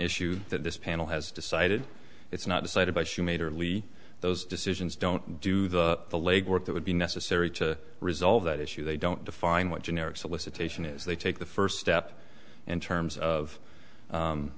issue that this panel has decided it's not decided by hsu majorly those decisions don't do the the legwork that would be necessary to resolve that issue they don't define what generic solicitation is they take the first step in terms of